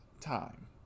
Time